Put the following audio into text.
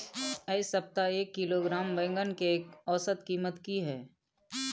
ऐ सप्ताह एक किलोग्राम बैंगन के औसत कीमत कि हय?